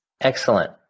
Excellent